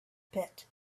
pit